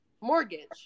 mortgage